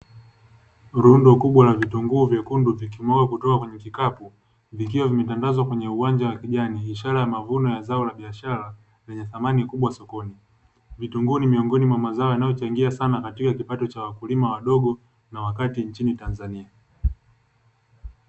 Lundo kubwa la vitunguu vyekundu vikimwagwa kutoka kwenge kikapu, vikiwa vimetandazwa kwenye uwanja wa kijani ,ishara ya mavuno ya zao la biashara lenye thamani kubwa sokoni. Vitunguu ni miongoni mwa mazao makubwa yanayochangia sana katika kipato cha wakulima wadogo na wakati chini Tanzania.